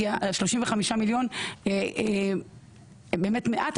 כי באמת 35 מיליון הם באמת מעט,